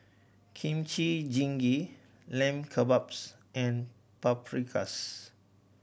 Kimchi Jjigae Lamb Kebabs and Paprikas